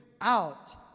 out